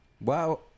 Wow